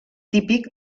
típic